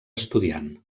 estudiant